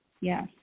Yes